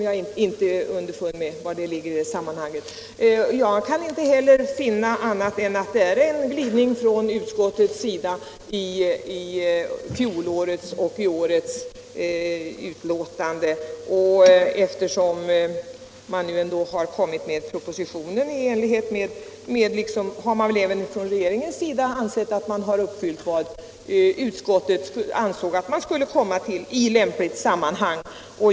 Jag kan inte heller finna annat än att det i år är en glidning från utskottets sida i förhållande till fjolårets betänkande. Eftersom propositionen nu har framlagts i denna form har man väl även från regeringens sida ansett att man följt utskottets uttalande.